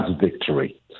victory